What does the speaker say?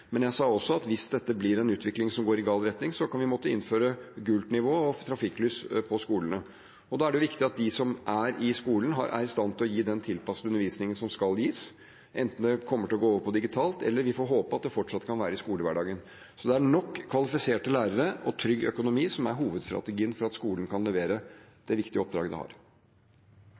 men jeg sa også at hvis dette blir en utvikling som går i gal retning, kan vi måtte innføre gult nivå i trafikklysmodellen på skolene. Da er det viktig at de som er i skolen, er i stand til å gi den tilpassede undervisningen som skal gis, enten den kommer til å gå over på digitalt, eller – som vi får håpe – den fortsatt kan være i skolehverdagen. Det er nok kvalifiserte lærere og trygg økonomi som er hovedstrategien for at skolen kan levere det viktige oppdraget den har.